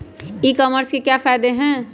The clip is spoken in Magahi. ई कॉमर्स के क्या फायदे हैं?